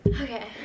Okay